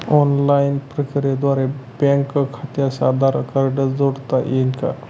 Online प्रक्रियेद्वारे bank खात्यास Aadhaar card जोडता येईल का?